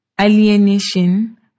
alienation